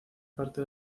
parte